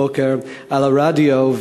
הבוקר ברדיו.